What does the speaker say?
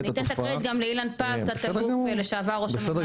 אני אתן את הקרדיט גם לאילן פז תת אלוף לשעבר ראש המנהל